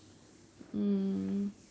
mm